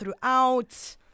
throughout